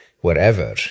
wherever